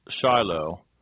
Shiloh